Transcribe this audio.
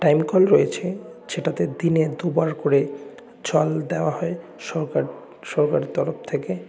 time কল রয়েছে যেটাতে দিনে দুবার করে জল দেওয়া হয় সরকার সরকারের তরফ থেকে